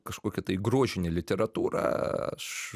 kažkokią tai grožinę literatūrą aš